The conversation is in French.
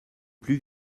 plus